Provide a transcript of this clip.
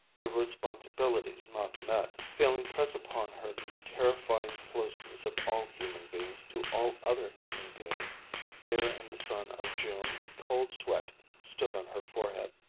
of responsibilities not met, feeling press upon her the terrifying closeness of all human beings to all other human beings there in the sun of june a cold sweat stood on her forehead.